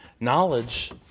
Knowledge